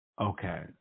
Okay